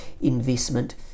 investment